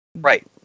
Right